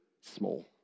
small